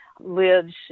lives